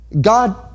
God